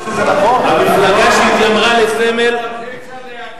זה אומר שזה נכון?